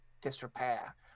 disrepair